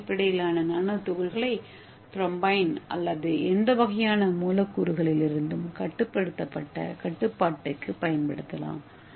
ஏ அடிப்படையிலான நானோ துகள்களை த்ரோம்பின் அல்லது எந்த வகையான மூலக்கூறுகளிலிருந்தும் கட்டுப்படுத்தப்பட்ட கட்டுப்பாட்டுக்கு பயன்படுத்தலாம்